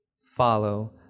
follow